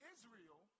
Israel